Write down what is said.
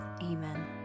Amen